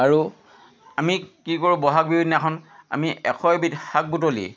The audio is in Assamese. আৰু আমি কি কৰোঁ ব'হাগ বিহু দিনাখন আমি এশ এবিধ শাক বুটলি